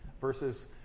versus